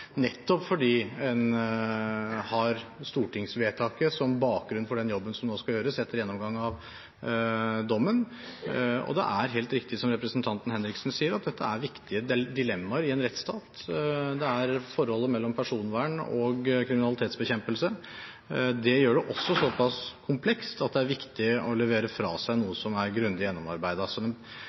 nettopp fordi en har stortingsvedtaket som bakgrunn for den jobben som nå skal gjøres etter gjennomgang av dommen. Og det er helt riktig, som representanten Henriksen sier, at forholdet mellom personvern og kriminalitetsbekjempelse er viktige dilemmaer i en rettsstat. Det gjør det også så pass komplekst at det er viktig å levere fra seg noe som er grundig gjennomarbeidet. Så